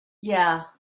yeah